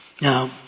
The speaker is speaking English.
Now